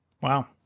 Wow